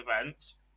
events